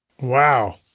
Wow